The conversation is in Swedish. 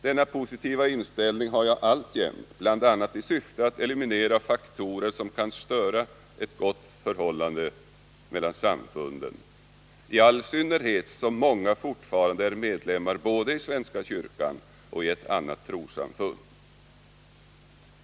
Denna positiva inställning har jag alltjämt, bl.a. i syfte att eliminera faktorer som kan störa ett gott förhållande mellan samfunden, i all synnerhet som många fortfarande är medlemmar både i svenska kyrkan och i ett annat trossamfund.